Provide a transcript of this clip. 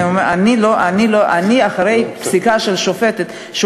אני, אחרי פסיקה של שופטת, לא, בסדר.